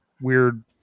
weird